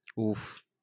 Oof